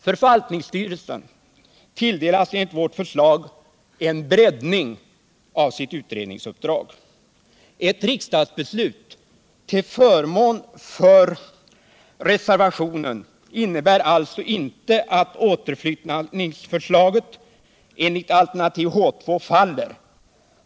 Förvaltningsstyrelsen tilldelas enligt vårt förslag en breddning av sitt utredningsuppdrag. Ett riksdagsbeslut till förmån för reservationen innebär alltså inte att återflyttningsförslaget enligt alternativ H 2 faller.